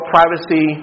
Privacy